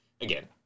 again